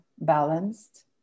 balanced